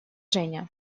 женя